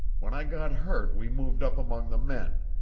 when i got hurt we moved up among the men.